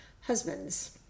husbands